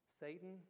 Satan